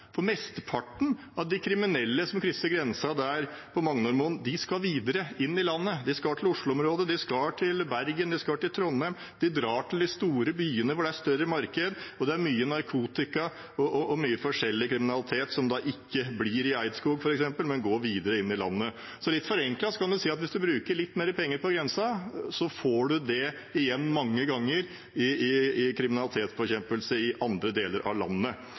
for mesteparten av de kriminelle som krysser grensen på Magnormoen, skal videre inn i landet, de skal til Oslo-området, de skal til Bergen, de skal til Trondheim, de drar til de store byene hvor det er større marked. Det er mye narkotika og mye forskjellig kriminalitet som da ikke blir igjen i Eidskog, f.eks., men går videre inn i landet. Litt forenklet kan man si at hvis man bruker litt mer penger på grensen, får man det igjen mange ganger i kriminalitetsbekjempelse i andre deler av landet.